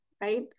right